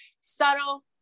Subtle